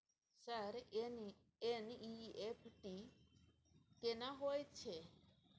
Sir NEFT केना होयत छै?